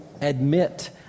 admit